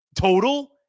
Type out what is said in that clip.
total